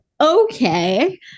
Okay